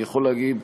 אני יכול להגיד.